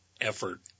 effort